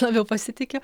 labiau pasitikiu